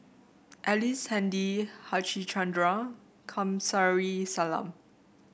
Ellice Handy Harichandra Kamsari Salam